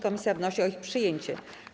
Komisja wnosi o ich przyjęcie.